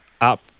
up